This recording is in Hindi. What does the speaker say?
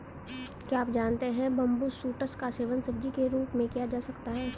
क्या आप जानते है बम्बू शूट्स का सेवन सब्जी के रूप में किया जा सकता है?